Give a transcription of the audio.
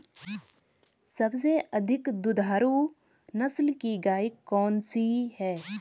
सबसे अधिक दुधारू नस्ल की गाय कौन सी है?